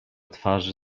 twarzy